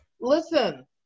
listen